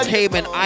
Cayman